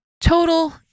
total